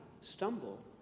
stumble